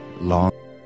long